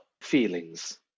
feelings